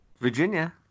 Virginia